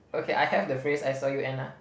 okay I have the phrase I saw you Anna